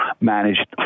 managed